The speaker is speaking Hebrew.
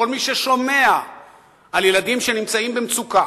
כל מי ששומע על ילדים שנמצאים במצוקה,